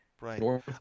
Right